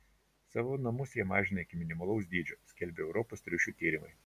savo namus jie mažina iki minimalaus dydžio skelbia europos triušių tyrimai